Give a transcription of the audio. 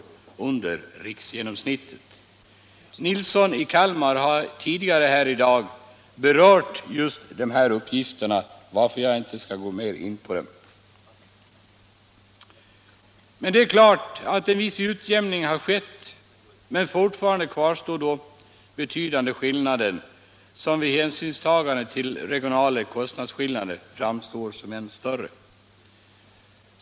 under riksgenomsnittet. Herr Nilsson i Kalmar har tidigare i dag berört just de här uppgifterna, varför jag inte skall gå närmare in på dem. En viss utjämning har skett, men fortfarande kvarstår dock betydande skillnader, som vid hänsynstagande till regionala kostnadsskillnader framstår som än större.